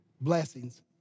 Blessings